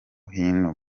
hino